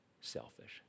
selfish